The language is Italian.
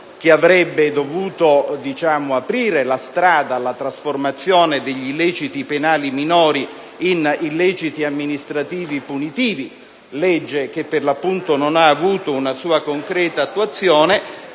che avrebbe dovuto aprire la strada alla trasformazione degli illeciti penali minori in illeciti amministrativi punitivi (legge che, per l'appunto, non ha avuto una sua concreta attuazione),